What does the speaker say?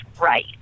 right